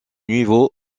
niveau